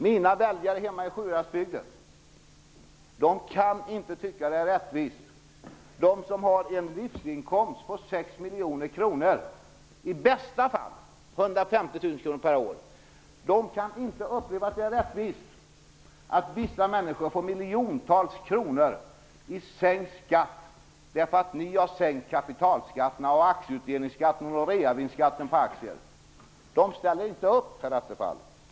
Mina väljare hemma i Sjuhäradsbygden kan inte tycka att det är rättvist, de som har en livsinkomst på 6 miljoner kronor, i bästa fall 150 000 kr per år, kan inte uppleva att det är rättvist att vissa människor får miljontals kronor i sänkt skatt därför att ni har sänkt kapitalskatterna, aktieutdelningsskatten och reavinstskatten på aktier. De ställer inte upp, herr Attefall.